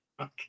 Okay